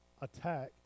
attack